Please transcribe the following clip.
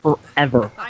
forever